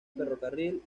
ferrocarril